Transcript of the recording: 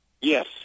Yes